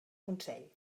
consell